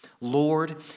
Lord